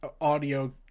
audio